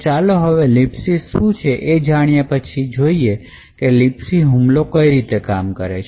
ચાલો હવે libc શું છે એ જાણ્યા પછી ચાલો જોઈએ કે libc હુમલો કઈ રીતે કામ કરે છે